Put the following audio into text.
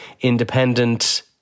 independent